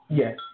Yes